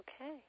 Okay